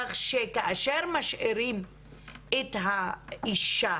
כך שכאשר משאירים את האישה